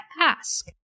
ask